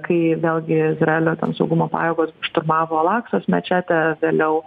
kai vėlgi izraelio saugumo pajėgos šturmavo al aksos mečetę vėliau